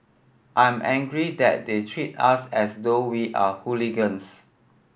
I'm angry that they treat us as though we are hooligans